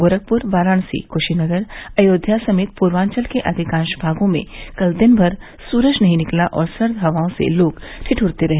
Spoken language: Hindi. गोरखपूर वाराणसी क्शीनगर अयोध्या समेत पूर्वांचल के अधिकांश भागों में कल दिन भर सूरज नहीं निकला और सर्द हवाओं से लोग ठिद्रते रहे